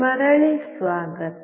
ಮರಳಿ ಸ್ವಾಗತ